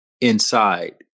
inside